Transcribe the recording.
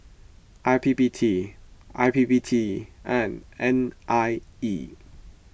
I P P T I P P T and N I E